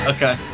Okay